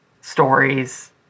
stories